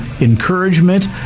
encouragement